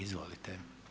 Izvolite.